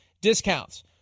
discounts